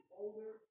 older